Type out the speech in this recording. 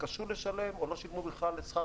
התקשו לשלם או לא שילמו בכלל את שכר